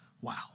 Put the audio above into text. Wow